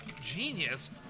genius